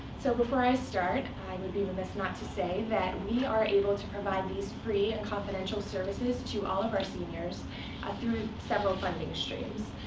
so before i start, i would be remiss not to say that we are able to provide these free and confidential services to all of our seniors through several funding streams,